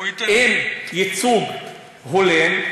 עם ייצוג הולם,